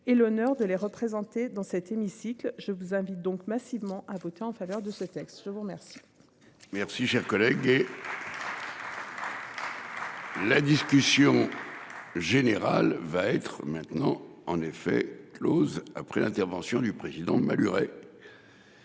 et l'honneur de les représenter dans cet hémicycle. Je vous invite donc massivement à voter en faveur de ce texte. Je vous remercie. Merci cher collègue et. La discussion. Général va être maintenant en effet Close après l'intervention du président Maluret.